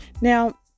Now